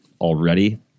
already